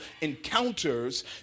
encounters